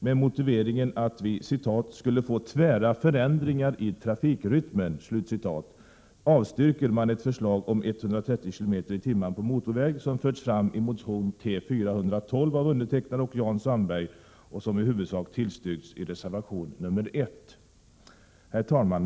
Med motiveringen att vi ”skulle få tvära förändringar i trafikrytmen” avstyrker man ett förslag om 130 km/tim på motorväg, som förts fram i motion T412 av mig och Jan Sandberg och som i huvudsak tillstyrkts i reservation 1. Herr talman!